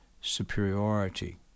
superiority